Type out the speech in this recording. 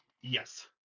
Yes